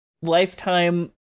lifetime